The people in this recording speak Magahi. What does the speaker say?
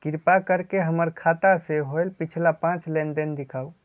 कृपा कर के हमर खाता से होयल पिछला पांच लेनदेन दिखाउ